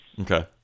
Okay